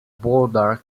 border